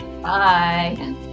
Bye